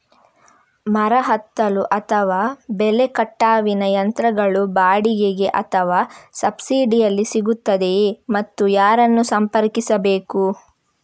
ಮರ ಹತ್ತಲು ಅಥವಾ ಬೆಲೆ ಕಟಾವಿನ ಯಂತ್ರಗಳು ಬಾಡಿಗೆಗೆ ಅಥವಾ ಸಬ್ಸಿಡಿಯಲ್ಲಿ ಸಿಗುತ್ತದೆಯೇ ಮತ್ತು ಯಾರನ್ನು ಸಂಪರ್ಕಿಸಬೇಕು?